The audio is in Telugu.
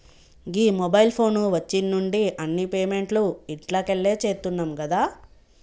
గీ మొబైల్ ఫోను వచ్చిన్నుండి అన్ని పేమెంట్లు ఇంట్లకెళ్లే చేత్తున్నం గదా